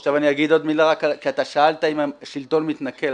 עכשיו אני אגיד עוד מילה כי אתה שאלת אם השלטון מתנכל.